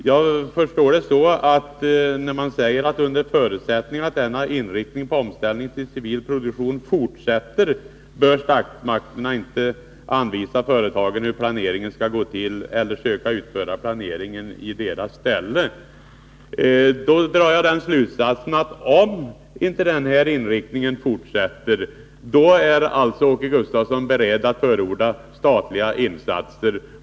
Jag förstår det så, att när man säger att under förutsättning att denna inriktning på omställning till civil produktion fortsätter, så bör statsmakterna inte anvisa företagen hur planeringen skall gå till eller söka utföra planeringen i deras ställe. Då drar jag den slutsatsen att om inte denna inriktning fortsätter, är Åke Gustavsson alltså beredd att förorda statliga insatser.